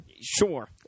Sure